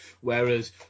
whereas